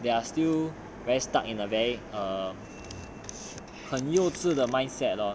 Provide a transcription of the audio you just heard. they are still very stuck in a very err 很幼稚的 mindset lor